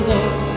Lord